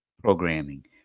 programming